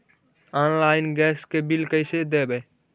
Online gas के bill कैसे देबै?